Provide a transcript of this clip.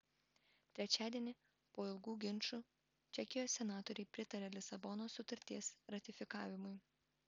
trečiadienį po ilgų ginčų čekijos senatoriai pritarė lisabonos sutarties ratifikavimui